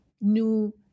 new